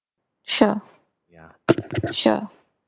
sure sure